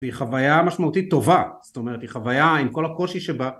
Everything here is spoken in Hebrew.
היא חוויה משמעותית טובה זאת אומרת היא חוויה עם כל הקושי שבה